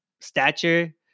stature